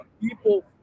people